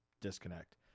disconnect